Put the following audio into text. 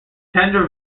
tender